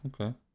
okay